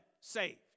saved